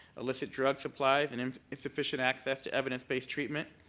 illicit drug supplies, and um insufficient access to evidence-based treatment,